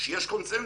שיש קונצנזוס.